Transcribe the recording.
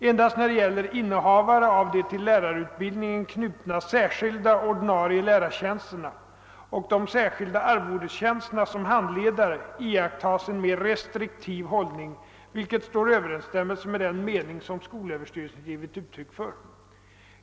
Endast när det gäller innehavare av de till lärarutbildningen knutna särskilda ordinarie lärartjänsterna och de särskilda arvodestjänsterna som handledare iakttas en mer restriktiv hållning, vilket står i överensstämmelse med den mening som skolöverstyrelsen givit uttryck för.